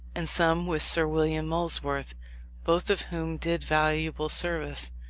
and some with sir william molesworth both of whom did valuable service,